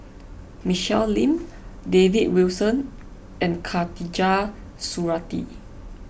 Michelle Lim David Wilson and Khatijah Surattee